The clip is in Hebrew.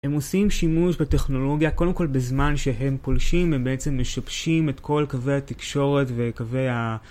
הם עושים שימוש בטכנולוגיה, קודם כל בזמן שהם פולשים, הם בעצם משבשים את כל קווי התקשורת וקווי ה...